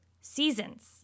seasons